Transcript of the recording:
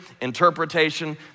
interpretation